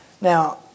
Now